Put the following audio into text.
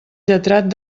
lletrat